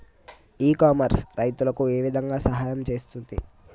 ఇ commerce రైతులకు ఏ విధంగా సహాయం చేస్తుంది?